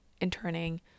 interning